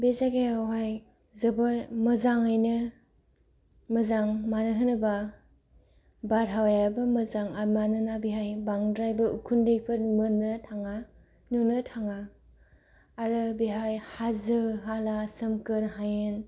बे जायगायावहाय जोबोर मोजाङैनो मोजां मानो होनोब्ला बारहावायाबो मोजां मानोना बेहाय बांद्रायबो उखुन्दैफोर मोननो थाङा नुनो थाङा आरो बेहाय हाजो हाला सोमखोर हायेन